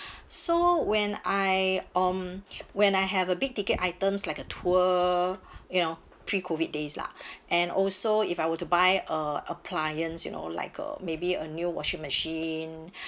so when I um when I have a big ticket items like a tour you know pre COVID days lah and also if I were to buy uh appliance you know like a maybe a new washing machine